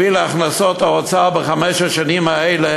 הכנסות האוצר בחמש השנים האלה,